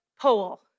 pole